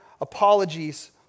apologies